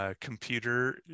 computer